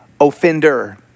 offender